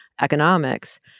economics